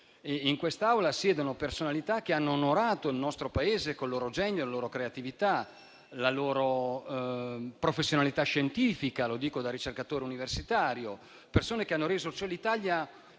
in quest'Aula siedono personalità che hanno onorato il nostro Paese con il loro genio, la loro creatività e la loro professionalità scientifica. Lo dico da ricercatore universitario: sono persone che hanno reso l'Italia